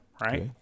right